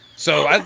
so